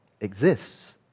exists